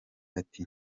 ati